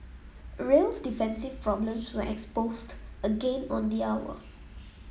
real's defensive problems were exposed again on the hour